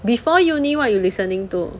before you knew what you listening to